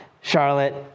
Charlotte